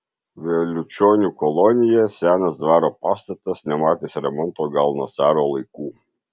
vėliučionių kolonija senas dvaro pastatas nematęs remonto gal nuo caro laikų